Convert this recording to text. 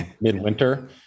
midwinter